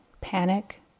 panic